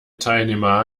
teilnehmer